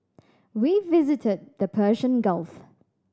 we visited the Persian Gulf